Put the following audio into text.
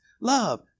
Love